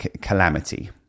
calamity